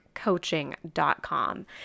Coaching.com